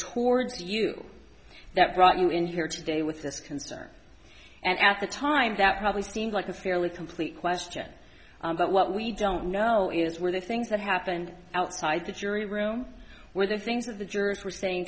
towards you that brought you in here today with this concern and at the time that probably seems like a fairly complete question but what we don't know is where the things that happened outside the jury room where the things of the jurors were saying